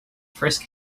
frisk